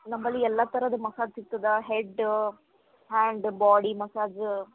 ನಮ್ಮಲ್ಲಿ ಎಲ್ಲ ಥರದ ಮಸಾಜ್ ಸಿಗ್ತದ ಹೆಡ್ಡ ಹ್ಯಾಂಡ್ ಬಾಡಿ ಮಸಾಜ